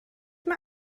mae